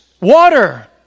water